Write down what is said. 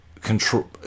control